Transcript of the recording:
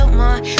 more